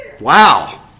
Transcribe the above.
Wow